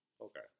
Okay